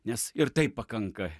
nes ir taip pakanka